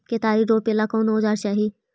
केतारी रोपेला कौन औजर चाही?